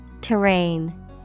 Terrain